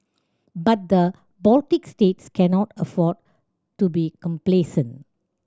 but the Baltic states cannot afford to be complacent